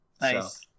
Nice